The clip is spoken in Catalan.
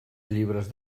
llibres